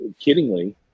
kiddingly